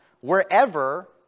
Wherever